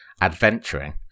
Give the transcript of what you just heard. adventuring